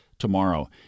Tomorrow